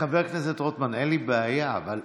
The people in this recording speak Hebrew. לפיכך, הצעת החוק תועבר לוועדת החוקה, חוק